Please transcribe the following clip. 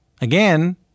Again